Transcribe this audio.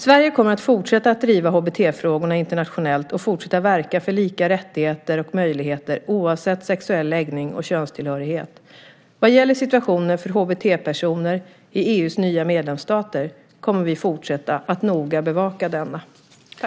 Sverige kommer att fortsätta att driva HBT-frågorna internationellt och fortsätta att verka för lika rättigheter och möjligheter oavsett sexuell läggning och könstillhörighet. Vad gäller situationen för HBT-personer i EU:s nya medlemsstater kommer vi att fortsätta att noga bevaka denna.